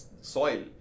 soil